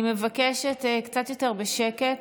מבקשת, קצת יותר בשקט,